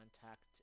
contact